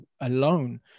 alone